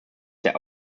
their